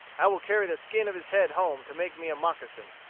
i will carry the skin of his head home to make me a moccasin.